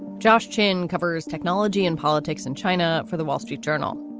josh chinh covers technology and politics in china for the wall street journal.